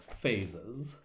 phases